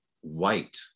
White